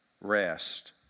rest